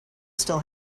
still